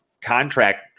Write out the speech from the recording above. contract